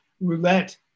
roulette